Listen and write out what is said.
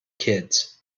kids